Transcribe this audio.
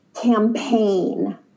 campaign